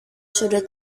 sudah